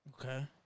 Okay